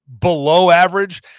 below-average